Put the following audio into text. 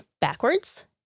backwards